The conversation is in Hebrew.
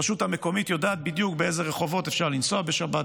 הרשות המקומית יודעת בדיוק באיזה רחובות אפשר לנסוע בשבת,